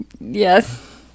Yes